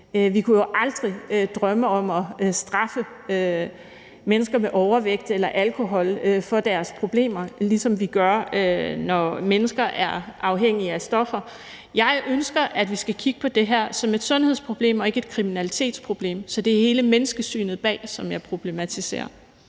Vi kunne jo aldrig drømme om at straffe mennesker med overvægt eller med et alkoholproblem for deres problemer, ligesom vi gør det, når mennesker er afhængige af stoffer. Jeg ønsker, at vi skal kigge på det her som et sundhedsproblem og ikke som et kriminalitetsproblem. Så det er hele menneskesynet bag det, som jeg problematiserer,